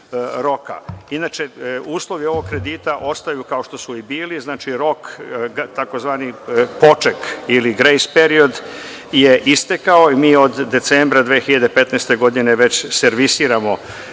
roka. Inače, uslovi ovog kredita ostaju kao što su i bili. Znači, rok tzv. poček ili grejs period je istekao i mi od decembra 2015. godine već servisiramo ovaj kredit.